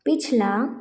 पिछला